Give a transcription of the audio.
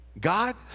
God